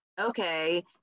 okay